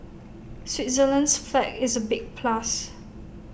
Switzerland's flag is A big plus